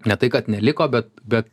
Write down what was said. ne tai kad neliko bet bet